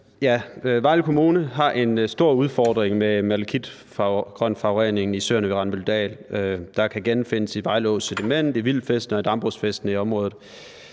Vejle Kommune har en stor udfordring med malakitgrøntforurening i søerne ved Randbøldal, der kan genfindes i Vejle Ås sediment, i vildtfiskene og i dambrugsfiskene i området.